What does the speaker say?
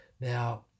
Now